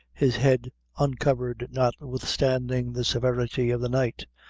his head uncovered notwithstanding the severity of the night,